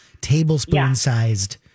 tablespoon-sized